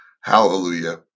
Hallelujah